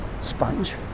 sponge